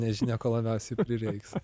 nežinia ko labiausiai prireiks